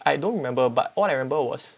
I don't remember but what I remember was